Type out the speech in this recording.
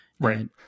Right